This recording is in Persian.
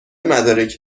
مدارکی